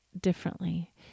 differently